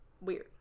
weird